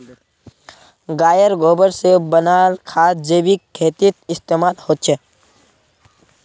गायेर गोबर से बनाल खाद जैविक खेतीत इस्तेमाल होछे